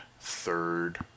third